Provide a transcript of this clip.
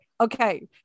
okay